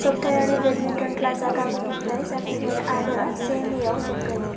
सप्तायारि बेदमिनटन ख्लासआ गाबोननिफ्राय जागायगोन आरो से मेआव जोबगोन